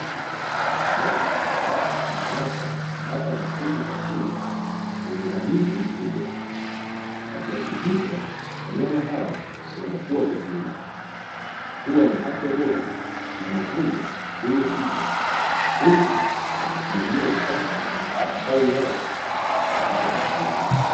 Mfugaji anawapa bata na kuku chakula kwa uangalifu mkubwa, akihakikisha wanyama hao wanakua vizuri, kuwa na afya bora na mavuno yenye tija, huku akisimamia usafi na ustawi wao katika mifugo.